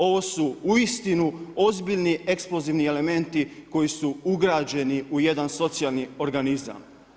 Ovo su uistinu ozbiljni eksplozivni elementi koji su ugrađeni u jedan socijalni organizam.